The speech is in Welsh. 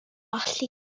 allu